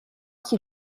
qui